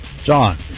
John